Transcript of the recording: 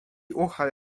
ucha